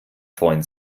freuen